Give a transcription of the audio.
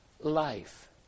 life